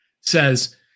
says